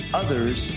others